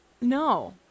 No